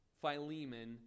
Philemon